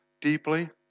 deeply